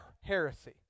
heresy